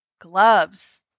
Gloves